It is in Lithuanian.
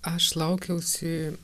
aš laukiausi